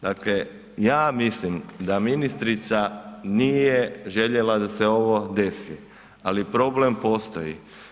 Dakle, ja mislim da ministrica nije željela da se ovo desi, ali problem postoji.